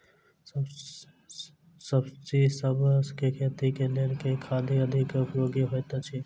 सब्जीसभ केँ खेती केँ लेल केँ खाद अधिक उपयोगी हएत अछि?